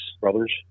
brothers